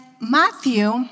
Matthew